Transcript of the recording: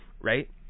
right